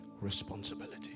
responsibility